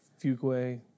Fuquay